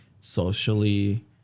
socially